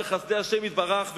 בחסדי השם יתברך,